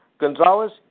Gonzalez